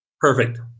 Perfect